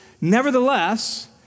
Nevertheless